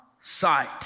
sight